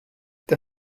der